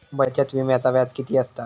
बचत विम्याचा व्याज किती असता?